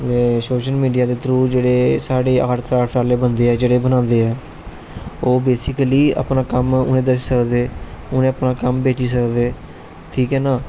social media दे through जेहडे़ साढ़े आर्ट एंड कराप्ट आहले बंदे हे जेहडे़ बनादे ऐ ओह् बेसीकली अपना कम्म उनेंगी दस्सी सकदे उनें अपना कम्म बेची सकदे ठीक ऐ ना